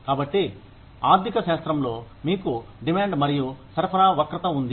కాబట్టి ఆర్థిక శాస్త్రంలో మీకు డిమాండ్ మరియు సరఫరా వక్రత ఉంది